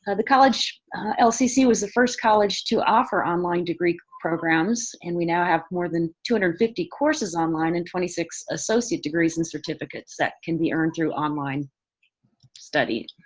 ah the college lcc was the first college to offer online degree programs and we now have more than two hundred and fifty courses online and twenty six associate degrees and certificates that can be earned through online study.